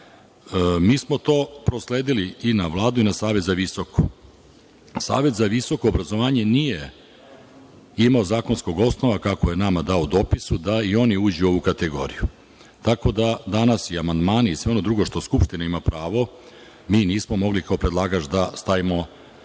Mi smo to prosledili i na Vladu i na Savet za visoko obrazovanje. Savet za visoko obrazovanje nije imao zakonskog osnova, kako je nama dao u dopisu, da i oni uđu u ovu kategoriju. Tako da danas i amandmani i sve ono drugo što Skupština ima pravo mi nismo mogli, kao predlagač, da stavimo, ako